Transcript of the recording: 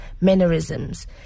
mannerisms